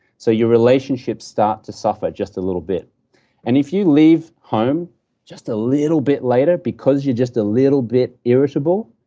so your relationships start to suffer just a little bit and if you leave home just a little bit later because you're just a little bit irritable,